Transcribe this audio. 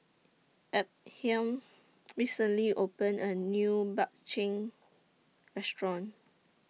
Ephriam recently opened A New Bak Chang Restaurant